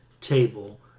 table